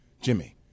Jimmy